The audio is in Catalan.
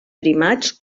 primats